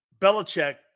Belichick